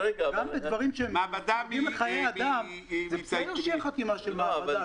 בדברים שקשורים לחיי אדם זה בסדר שתהיה חתימה של מעבדה.